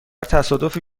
تصادفی